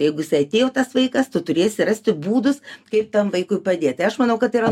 jeigu jisai atėjo tas vaikas tu turėsi rasti būdus kaip tam vaikui padėt tai aš manau kad yra